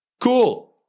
cool